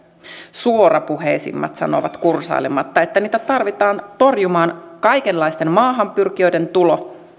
suorapuheisimmat sanovat kursailematta että niitä tarvitaan torjumaan kaikenlaisten maahanpyrkijöiden tulo